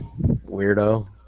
weirdo